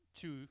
Two